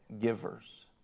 givers